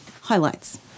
highlights